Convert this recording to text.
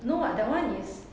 no [what] that one is